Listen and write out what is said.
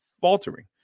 faltering